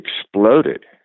exploded